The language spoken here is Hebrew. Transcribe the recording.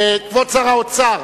כבוד שר האוצר,